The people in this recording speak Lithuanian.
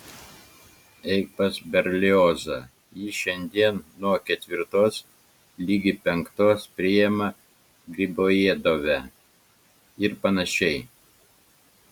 eik pas berliozą jis šiandien nuo ketvirtos ligi penktos priima gribojedove ir panašiai